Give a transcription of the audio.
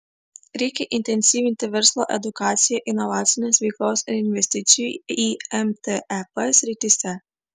reikia intensyvinti verslo edukaciją inovacinės veiklos ir investicijų į mtep srityse